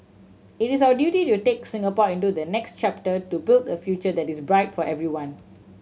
it is our duty to take Singapore into the next chapter to build a future that is bright for everyone